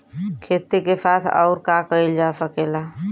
खेती के साथ अउर का कइल जा सकेला?